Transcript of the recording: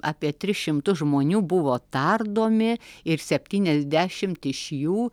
apie tris šimtus žmonių buvo tardomi ir septyniasdešimt iš jų